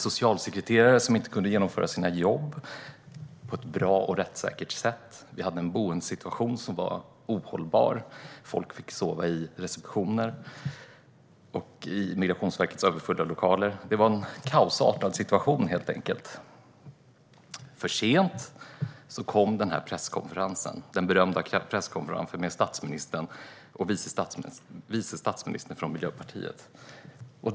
Socialsekreterare kunde inte arbeta på ett bra och rättssäkert sätt, och boendesituationen var ohållbar med folk sovande i receptioner och i Migrationsverkets överfulla lokaler. Det var en kaosartad situation. För sent kom den berömda presskonferensen med statsministern och vice statsministern från Miljöpartiet.